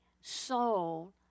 soul